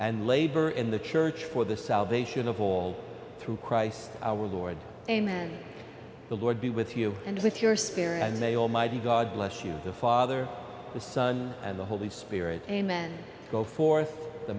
and labor in the church for the salvation of all through christ our lord amen the lord be with you and with your spirit and may almighty god bless you the father the son and the holy spirit amen go forth the